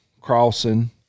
crossing